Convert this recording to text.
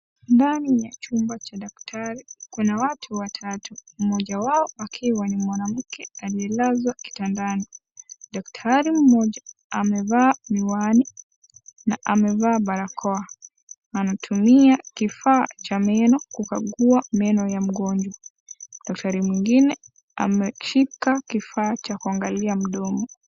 Ndani ya chumba cha daktari, kuna watu watatu, mmoja wao akiwa ni mwanamke, aliyelazwa kitandani, daktari mmoja, amevaa miwani, na amevaa barakoa, anatumia, kifaa, cha meno, kukagua, meno ya mgonjwa, daktari mwingine, ameshika kifaa cha kuangalilia mdomo.